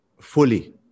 fully